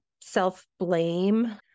self-blame